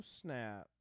snap